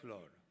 Lord